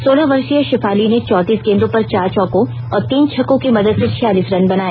सोलह वर्षीय शेफाली ने चौंतीस गेंदों पर चार चौको और तीन छक्कों की मदद से छियालीस रन बनाए